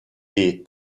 des